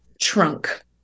trunk